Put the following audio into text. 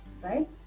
right